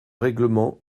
règlement